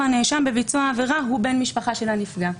הנאשם בביצוע העבירה הוא בן משפחה של הנפגע.